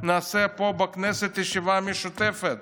נעשה פה בכנסת ישיבה משותפת,